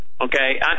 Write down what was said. okay